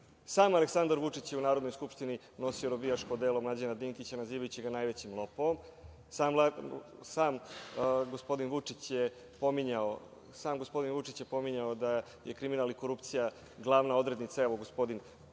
Sam Aleksandar Vučić je u Narodnoj skupštini nosi robijaško odelo Mlađana Dinkića nazivajući ga najvećim lopovom. Sam gospodin Vučić je pominjao da je kriminal i korupcija glavna odrednica, evo, gospodin